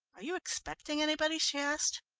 are you expecting anybody? she asked.